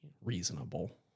reasonable